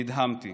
נדהמתי: